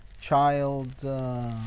child